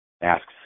asks